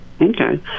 Okay